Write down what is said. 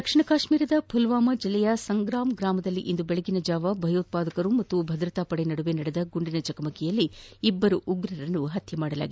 ದಕ್ಷಿಣ ಕಾಶ್ವೀರದ ಫುಲ್ವಾಮಾ ಜಿಲ್ಲೆಯ ಸಂಗ್ರಾಮ್ ಗ್ರಾಮದಲ್ಲಿಂದು ಬೆಳಗಿನ ಜಾವ ಭಯೋತ್ಪಾದಕರು ಮತ್ತು ಭದ್ರತಾ ಪಡೆ ನಡುವೆ ನಡೆದ ಗುಂಡಿನ ಚಕಮಕಿಯಲ್ಲಿ ಇಬ್ಬರು ಉಗ್ರರನ್ನು ಪತ್ಯೆ ಮಾಡಲಾಗಿದೆ